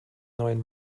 neuen